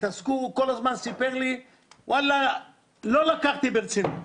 הוא כל הזמן סיפר לי ולא לקחתי ברצינות.